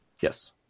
yes